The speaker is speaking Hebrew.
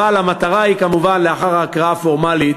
אבל המטרה היא, כמובן, לאחר ההקראה הפורמלית,